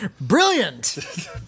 Brilliant